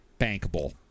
bankable